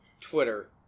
Twitter